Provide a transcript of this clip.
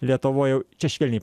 lietuvoj čia švelniai